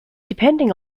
depending